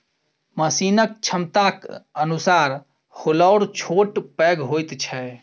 मशीनक क्षमताक अनुसार हौलर छोट पैघ होइत छै